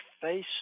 face